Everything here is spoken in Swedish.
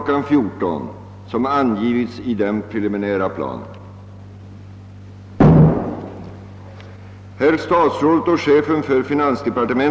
14.00 såsom angivits i den preliminära planen.